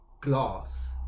glass